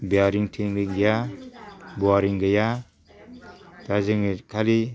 बेयारिं थियारिं गैया बआरिं गैया दा जोङो खालि